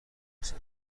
فرصت